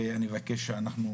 ואני מבקש שאנחנו,